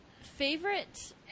favorite